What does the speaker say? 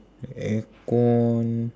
aircon